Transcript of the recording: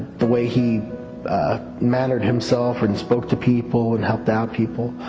the way he mannered himself and spoke to people and helped out people